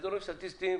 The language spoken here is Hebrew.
באזורים הסטטיסטיים